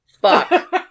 fuck